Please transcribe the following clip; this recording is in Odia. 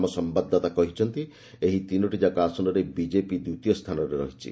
ଆମ ସମ୍ଭାଦଦାତା କହିଛନ୍ତି ଏହି ତିନୋଟିଯାକ ଆସନରେ ବିଜେପି ଦ୍ୱିତୀୟ ସ୍ଥାନରେ ରହିଛି